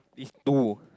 it's two